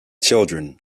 children